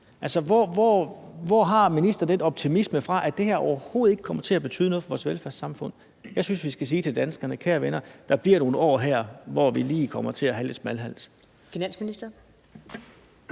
hvor har ministeren den optimisme fra, at det her overhovedet ikke kommer til at betyde noget for vores velfærdssamfund? Jeg synes, vi skal sige til danskerne: Kære venner, der bliver nogle år her, hvor vi lige kommer til at have lidt smalhals. Kl. 13:53 Første